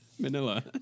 Manila